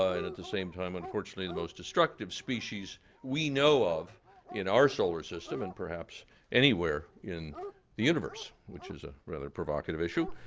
ah and at the same time, unfortunately, the most destructive species we know of in our solar system, and perhaps anywhere in the universe, which is a rather provocative issue.